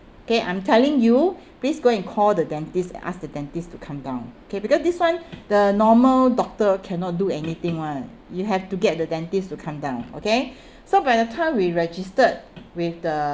okay I'm telling you please go and call the dentist and ask the dentist to come down okay because this one the normal doctor cannot do anything one you have to get the dentist to come down okay so by the time we registered with the